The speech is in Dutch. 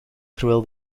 terwijl